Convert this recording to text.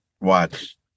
watch